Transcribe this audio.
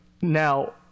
Now